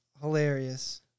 hilarious